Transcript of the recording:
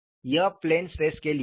यह plane stress के लिए है